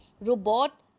robot